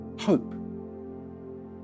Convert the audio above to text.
hope